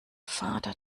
vater